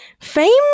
Fame